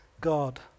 God